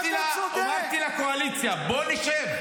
אמרתי לקואליציה: בואו נשב.